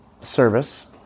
service